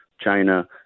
China